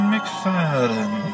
McFadden